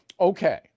Okay